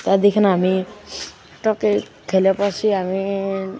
त्यहाँदेखि हामी टक्कै खेल्यो पछि हामी